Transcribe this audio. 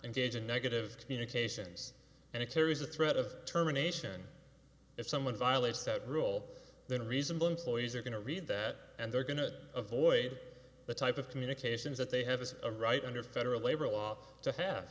engage in negative communications and if there is a threat of terminations if someone violates that rule then reasonable employees are going to read that and they're going to avoid the type of communications that they have as a right under federal labor law to have